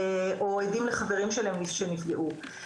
או עדים לחברים שלהם שנפגעו.